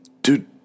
Dude